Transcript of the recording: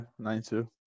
92